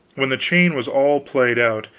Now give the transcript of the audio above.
when the chain was all paid out,